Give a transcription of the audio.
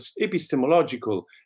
epistemological